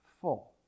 full